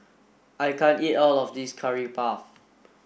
I can't eat all of this curry puff